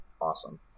awesome